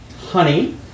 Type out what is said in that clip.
Honey